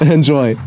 Enjoy